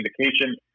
indication